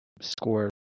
score